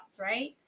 right